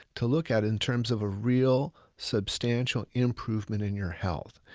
to look at in terms of a real, substantial improvement in your health.